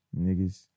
Niggas